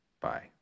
Bye